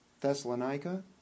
Thessalonica